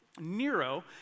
Nero